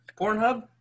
Pornhub